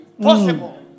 possible